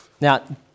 Now